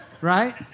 Right